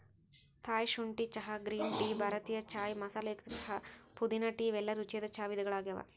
Thai ಶುಂಠಿ ಚಹಾ, green tea, ಭಾರತೇಯ ಚಾಯ್ ಮಸಾಲೆಯುಕ್ತ ಚಹಾ, ಪುದೇನಾ ಟೇ ಇವೆಲ್ಲ ರುಚಿಯಾದ ಚಾ ವಿಧಗಳಗ್ಯಾವ